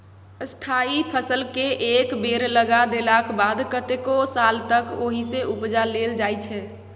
स्थायी फसलकेँ एक बेर लगा देलाक बाद कतेको साल तक ओहिसँ उपजा लेल जाइ छै